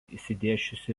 išsidėsčiusi